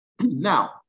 Now